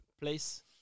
place